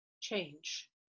change